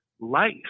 life